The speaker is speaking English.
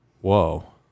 Whoa